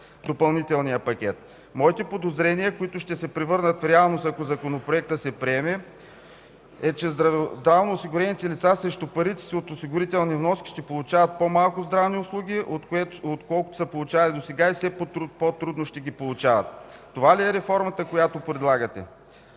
допълнителния пакет? Моите подозрения, които ще се превърнат в реалност, ако Законопроектът се приеме, са, че здравноосигурените лица срещу парите си от осигурителни вноски ще получават по-малко здравни услуги, отколкото са получавали сега и все по-трудно ще ги получават. Това ли е реформата, която предлагате?